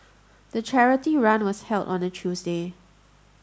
the charity run was held on a Tuesday